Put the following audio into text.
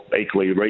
equally